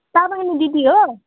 तामाङ्नी दिदी हो